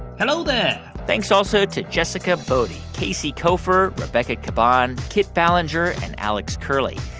hello there thanks also to jessica boddy, casey koeffer, rebecca caban, kit ballenger and alex curley.